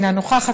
אינה נוכחת,